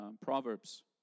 Proverbs